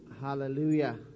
Hallelujah